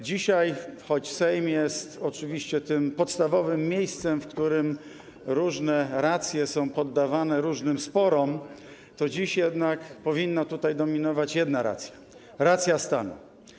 Dzisiaj, choć Sejm jest oczywiście tym podstawowym miejscem, w którym różne racje są poddawane różnym sporom, to dziś jednak powinna tutaj dominować jedna racja: racja stanu.